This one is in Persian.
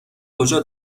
کجا